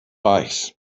reichs